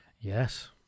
Yes